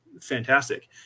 fantastic